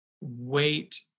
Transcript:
wait